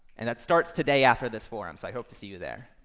and that starts today after this forum, so i hope to see you there.